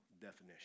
definition